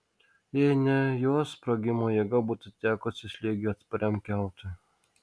jei ne jos sprogimo jėga būtų tekusi slėgiui atspariam kiautui